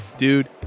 Dude